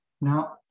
Now